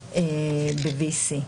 ב-V.C.